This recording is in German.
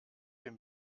dem